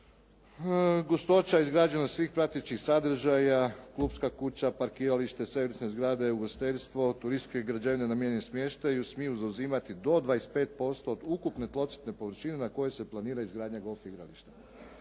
gustoća izgrađenosti svih pratećih sadržaja, klubska kuća, parkiralište, servisne zgrade, ugostiteljstvo, turističke građevine namijenjene smještaju smiju zauzimati do 25% od ukupne tlocrtne površine na kojoj se planira izgradnja golf igrališta.